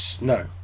no